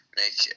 make